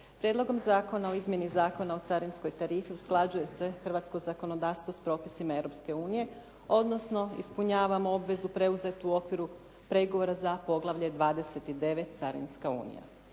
Prijedlogom Zakona o izmjeni Zakona o carinskoj tarifi usklađuje se hrvatsko zakonodavstvo sa propisima Europske unije odnosno ispunjavamo obvezu preuzetu u okviru pregovora za poglavlje 29. Carinska unija.